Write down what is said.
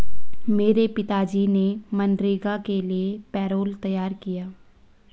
मेरे पिताजी ने मनरेगा के लिए पैरोल तैयार किया